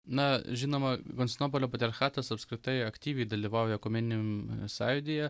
na žinoma konstantinopolio patriarchatas apskritai aktyviai dalyvauja ekumeniniame sąjūdyje